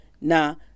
now